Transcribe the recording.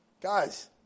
Guys